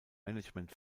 management